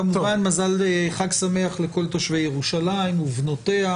כמובן חג שמח לכל תושבי ירושלים ובנותיה.